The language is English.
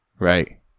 right